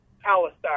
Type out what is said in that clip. Palestine